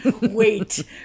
wait